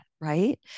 right